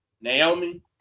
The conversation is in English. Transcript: Naomi